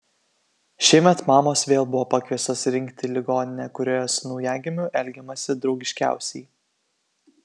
šiemet mamos vėl buvo pakviestos rinkti ligoninę kurioje su naujagimiu elgiamasi draugiškiausiai